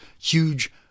huge